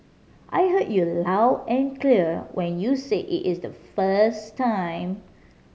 I heard you loud and clear when you said it is the first time